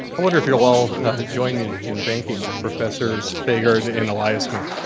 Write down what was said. wonder if you'll all join me in thanking professors thagard and eliasmith.